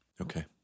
Okay